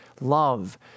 love